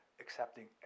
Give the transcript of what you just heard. accepting